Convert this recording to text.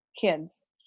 kids